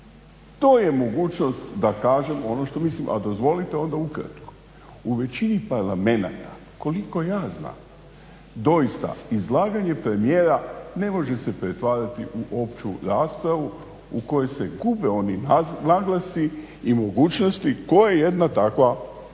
To je mogućnost da kažem ono što mislim, a dozvolite onda ukratko. U većini parlamenata koliko ja znam doista izlaganje premijera ne može se pretvarati u opću raspravu u kojoj se gube oni naglasci i mogućnosti koje jedna takva okolnost